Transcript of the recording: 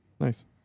Nice